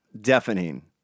deafening